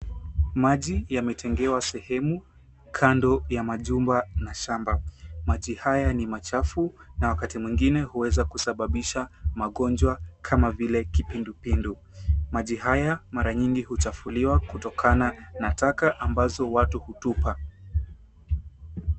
Maji yametengewa sehemu kando ya majumba na shamba. Maji haya ni machafu na wakati mwingine huweza kusababisha magonjwa kama vile kipindupindu. Maji haya mara nyingi huchafuliwa kutokana na taka ambazo watu hutupa.